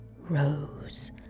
rose